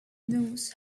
knows